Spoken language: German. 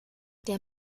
der